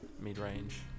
mid-range